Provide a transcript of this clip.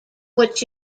what